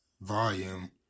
volume